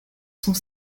sont